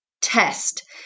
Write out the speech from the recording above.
test